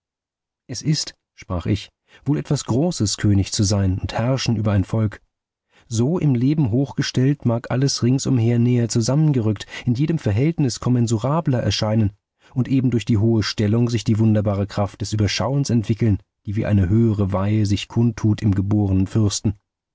es ist sprach ich wohl etwas großes könig sein und herrschen über ein volk so im leben hochgestellt mag alles rings umher näher zusammengerückt in jedem verhältnis kommensurabler erscheinen und eben durch die hohe stellung sich die wunderbare kraft des überschauens entwickeln die wie eine höhere weihe sich kundtut im gebornen fürsten